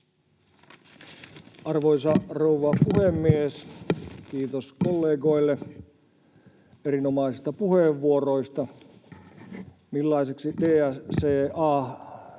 Arvoisa rouva puhemies! Kiitos kollegoille erinomaisista puheenvuoroista.